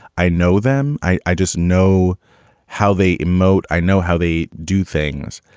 i know them. i i just know how they emote. i know how they do things.